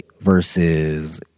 versus